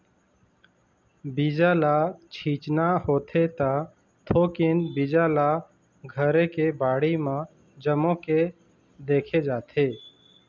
बीजा ल छिचना होथे त थोकिन बीजा ल घरे के बाड़ी म जमो के देखे जाथे